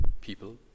people